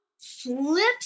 flips